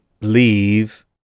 leave